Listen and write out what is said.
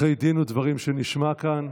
אחרי דין ודברים שנשמע כאן,